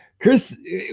Chris